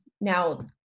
Now